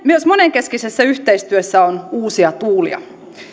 myös monenkeskisessä yhteistyössä on uusia tuulia